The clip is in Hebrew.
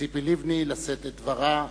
ציפי לבני, לשאת את דברה.